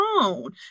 on